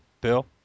Bill